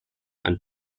and